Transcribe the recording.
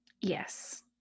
Yes